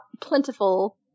plentiful